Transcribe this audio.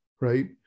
right